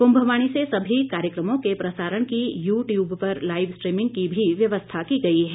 कुंभवाणी से सभी कार्यक्रमों के प्रसारण की यू ट्यूब पर लाईव स्ट्रीमिंग की भी व्यवस्था की गई है